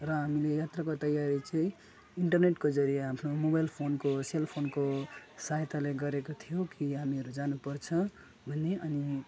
र हामीले यात्राको तयारी चाहिँ इन्टरनेटको जरिया आफ्नो मोबाइल फोनको सेल फोनको सहायताले गरेको थियो कि हामीहरू जानु पर्छ भन्ने अनि